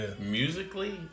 Musically